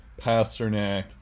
Pasternak